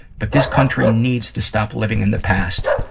but this country needs to stop living in the past.